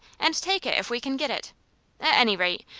and take it if we can get it? at any rate,